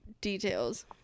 details